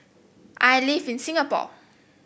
I live in Singapore